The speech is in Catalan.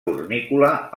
fornícula